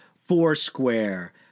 Foursquare